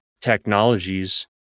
technologies